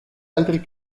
altri